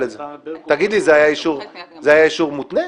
תגידי, זה היה אישור מותנה?